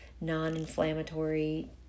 non-inflammatory